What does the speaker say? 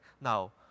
now